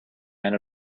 men